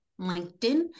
LinkedIn